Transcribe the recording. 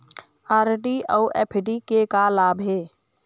RD अऊ FD के का लाभ हे?